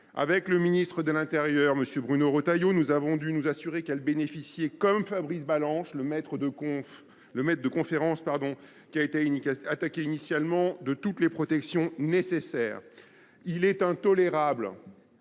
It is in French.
Avec le ministre de l'Intérieur, M. Bruno Rotailleau, nous avons dû nous assurer qu'elle bénéficiait comme Fabrice Balanche, le maître de conférence qui a été attaqué initialement de toutes les protections nécessaires. Il est intolérable